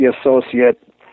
associate